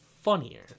funnier